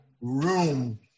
room